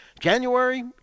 January